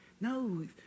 No